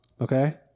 Okay